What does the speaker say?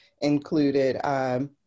included